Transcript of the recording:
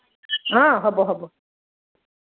অঁ হ'ব হ'ব